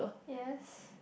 yes